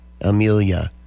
Amelia